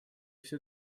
всё